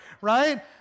right